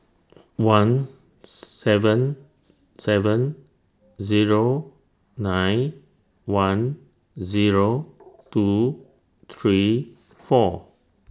one seven seven Zero nine one Zero two three four